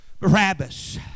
Barabbas